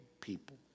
people